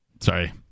Sorry